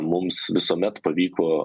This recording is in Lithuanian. mums visuomet pavyko